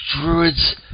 Druid's